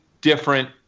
different